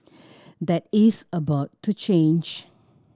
that is about to change